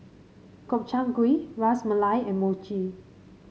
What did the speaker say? Gobchang Gui Ras Malai and Mochi